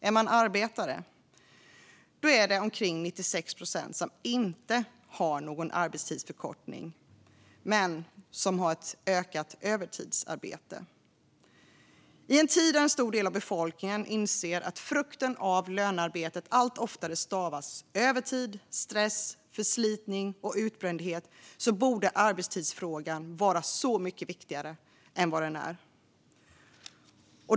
Är man arbetare är det omkring 96 procent som inte har någon arbetstidsförkortning, däremot ett ökat övertidsarbete. I en tid där en stor del av befolkningen inser att frukten av lönearbetet allt oftare stavas övertid, stress, förslitning och utbrändhet borde arbetstidsfrågan vara så mycket viktigare än vad den är.